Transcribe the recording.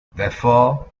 therefore